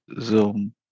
Zoom